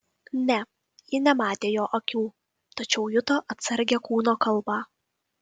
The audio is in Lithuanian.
ne ji nematė jo akių tačiau juto atsargią kūno kalbą